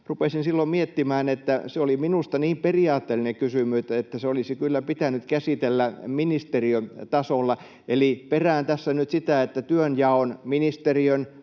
Rupesin silloin miettimään, että se oli minusta niin periaatteellinen kysymys, että se olisi kyllä pitänyt käsitellä ministeriötasolla. Eli perään tässä nyt sitä, että työnjaon ministeriön,